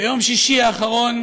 ביום שישי האחרון